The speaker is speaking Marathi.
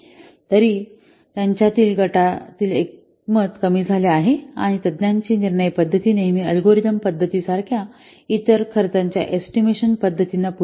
जरी त्यांच्यात गटातील एकमत कमी झाले आहे आणि तज्ञांची निर्णय पद्धत नेहमी अल्गोरिदम पद्धतींसारख्या इतर खर्चाच्या एस्टिमेशन पद्धतींना पूरक आहे